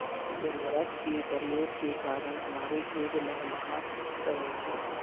उर्वरक के प्रयोग के कारण हमारे खेत लहलहा रहे हैं